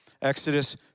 Exodus